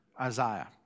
Isaiah